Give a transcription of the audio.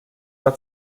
war